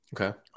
Okay